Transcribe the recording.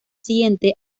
siguiente